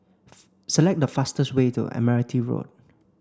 select the fastest way to Admiralty Road